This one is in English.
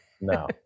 No